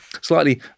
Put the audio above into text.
slightly